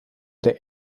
der